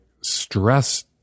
stress